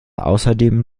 außerdem